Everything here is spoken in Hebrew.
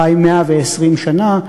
חי 120 שנה.